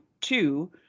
two